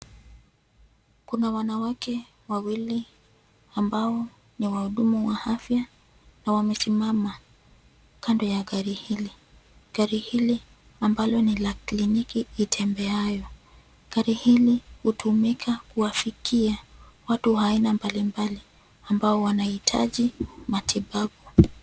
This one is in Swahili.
Kuna wanawake wawili ambao ni wa hudumu wa afya na wamesimama kando ya gari hili. Gari hili ambalo ni la kliniki itembeayo, gari hili hutumika kuwafikia watu wa aina mbalimbali ambao wanahitaji matibabu.